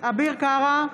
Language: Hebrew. אביר קארה,